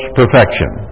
perfection